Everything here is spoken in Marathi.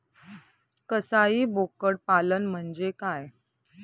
कसाई बोकड पालन म्हणजे काय?